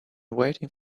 waiting